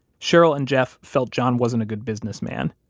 cheryl and jeff felt john wasn't a good businessman.